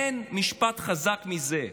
אין משפט חזק מזה.